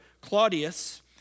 Claudius